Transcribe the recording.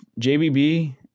JBB